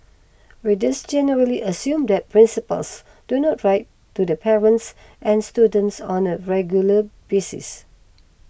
readers generally assume that principals do not write to the parents and students on a regular basis